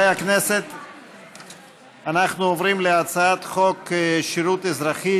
כעת נצביע על הצעת חוק לתיקון